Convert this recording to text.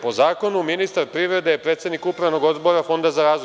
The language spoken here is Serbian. Po zakonu, ministar privrede je predsednik Upravnog odbora Fonda za razvoj.